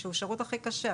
שהוא השירות הכי קשה.